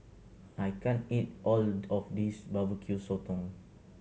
I can't eat all of this Barbecue Sotong